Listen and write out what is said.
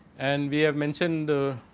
and we have mention the